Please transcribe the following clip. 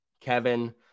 kevin